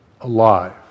alive